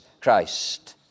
Christ